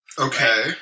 Okay